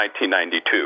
1992